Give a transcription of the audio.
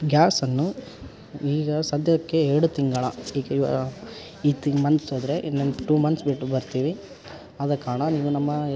ಗ್ಯಾಸನ್ನು ಈಗ ಸದ್ಯಕ್ಕೆ ಎರಡು ತಿಂಗಳು ಈಗ ಈ ತಿಂಗ್ಳ್ ಮಂತ್ ಹೋದರೆ ಇನ್ನೊಂದ್ ಟೂ ಮಂತ್ಸ್ ಬಿಟ್ಟು ಬರ್ತೀವಿ ಆದ ಕಾರಣ ನೀವು ನಮ್ಮ